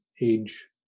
age